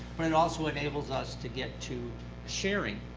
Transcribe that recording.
but it also enables us to get to sharing.